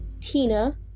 Tina